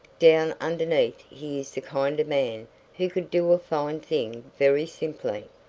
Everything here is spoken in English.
down underneath he is the kind of man who could do a fine thing very simply.